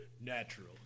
Natural